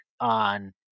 on